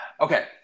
Okay